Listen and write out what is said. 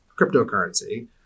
cryptocurrency